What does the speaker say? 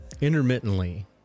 intermittently